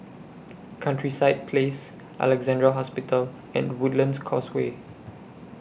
Countryside Place Alexandra Hospital and Woodlands Causeway